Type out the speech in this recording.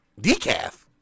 Decaf